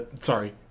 sorry